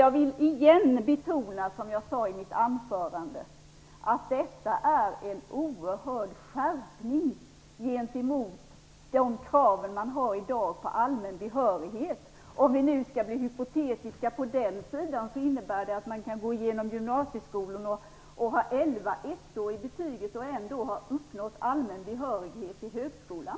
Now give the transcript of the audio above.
Jag vill återigen betona det jag sade i mitt anförande, dvs. att detta är en oerhörd skärpning jämfört med de krav som i dag ställs på allmän behörighet. Om vi nu skall bli hypotetiska på den sidan, innebär det att en elev kan gå igenom gymnasieskolan med elva ettor i betyget och ändå ha uppnått allmän behörighet till högskolan.